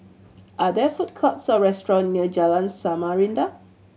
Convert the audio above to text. are there food courts or restaurant near Jalan Samarinda